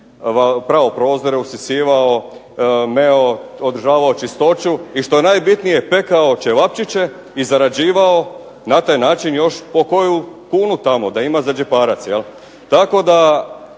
prao prozore, usisavao, meo, održavao čistoću i što je najbitnije pekao čevapćiće i zarađivao na taj način još po koju kunu tamo, da ima za džeparac jel'. Tako da,